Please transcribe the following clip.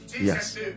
Yes